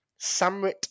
Samrit